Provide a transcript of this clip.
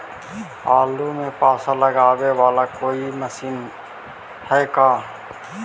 आलू मे पासा लगाबे बाला कोइ मशीन है का?